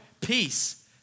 peace